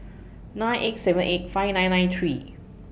nine eight seven eight five nine nine three